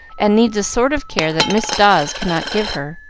and needs a sort of care that miss dawes cannot give her.